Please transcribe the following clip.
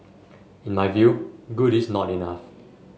in my view good is not enough